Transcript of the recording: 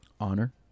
honor